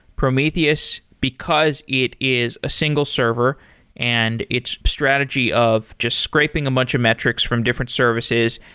prometheus, because it is a single server and its strategy of just scraping a bunch of metrics from different services,